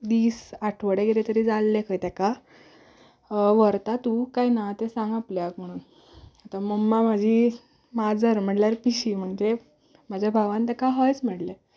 दीस आठवडे कितें तरी जाल्ले खंय ताका व्हरता तूं काय ना आतां सांग आपल्याक म्हणून आतां मम्मा म्हजी माजर म्हणल्यार पिशी म्हणजें म्हज्या भावान ताका हयच म्हणलें